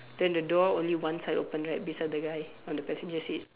then the door only one side open right beside the guy on the passenger seat